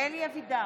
אלי אבידר,